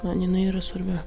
man jinai yra svarbi